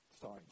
Sorry